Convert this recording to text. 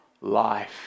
life